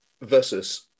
versus